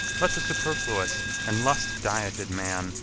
let the superfluous and lust-dieted man,